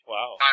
Wow